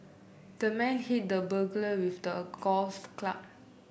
the man hit the burglar with a golf club